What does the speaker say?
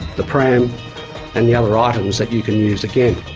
the pram and the other items that you can use again.